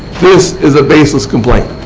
this is a baseless complaint.